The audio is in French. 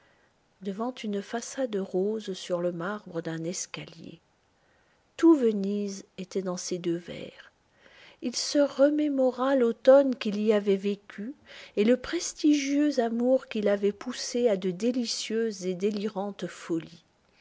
devant une façade rose sur le marbre d'un escalier tout venise était dans ces deux vers il se remémora l'automne qu'il y avait vécu et le prestigieux amour qui l'avait poussé à de délicieuses et délirantes folies